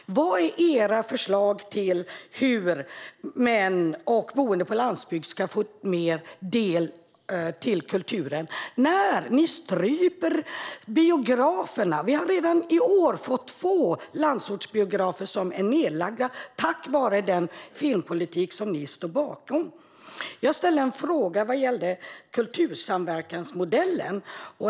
Vad är era förslag till hur män och boende på landsbygd i större utsträckning ska få ta del av kulturen när ni stryper biograferna? Redan i år har två landsortsbiografer lagts ned på grund av den filmpolitik som ni står bakom. Jag ställde en fråga som gällde kultursamverkansmodellen.